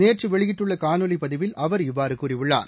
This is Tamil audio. நேற்று வெளியிட்டுள்ள காணொலிப் பதிவில் அவர் இவ்வாறு கூறியுள்ளார்